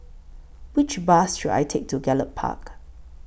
Which Bus should I Take to Gallop Park